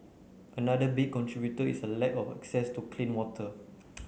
another big contributor is a lack of access to clean water